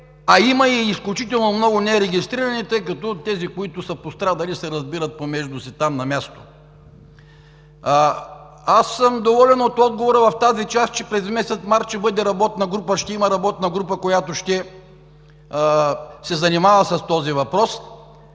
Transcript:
а има и изключително много нерегистрирани, тъй като тези, които са пострадали, се разбират помежду си – там, на място. Аз съм доволен от отговора в частта, че през месец март ще има работна група, която ще се занимава с този въпрос.